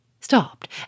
Stopped